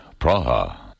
Praha. (